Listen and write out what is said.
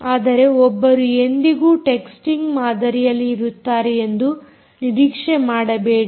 ಆದರೆ ಒಬ್ಬರು ಎಂದಿಗೂ ಟೆ ಕ್ಸ್ಟಿಂಗ್ ಮಾದರಿಯಲ್ಲಿ ಇರುತ್ತಾರೆ ಎಂದು ನಿರೀಕ್ಷೆ ಮಾಡಬೇಡಿ